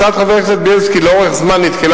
הצעת חבר הכנסת בילסקי לאורך זמן נתקלה